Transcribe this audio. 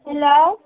hello